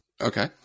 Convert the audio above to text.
Okay